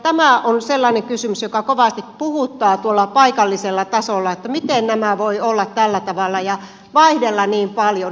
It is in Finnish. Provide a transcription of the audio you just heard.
tämä on sellainen kysymys joka kovasti puhuttaa tuolla paikallisella tasolla että miten nämä voivat olla tällä tavalla ja vaihdella niin paljon